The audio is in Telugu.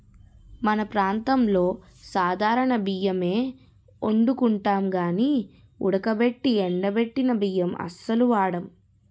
మన ప్రాంతంలో సాధారణ బియ్యమే ఒండుకుంటాం గానీ ఉడకబెట్టి ఎండబెట్టిన బియ్యం అస్సలు వాడం